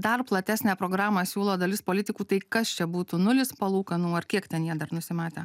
dar platesnę programą siūlo dalis politikų tai kas čia būtų nulis palūkanų ar kiek ten jie dar nusimatę